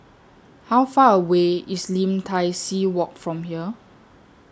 How Far away IS Lim Tai See Walk from here